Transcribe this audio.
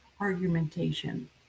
argumentation